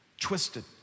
twisted